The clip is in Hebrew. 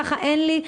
וככה וככה אין לך?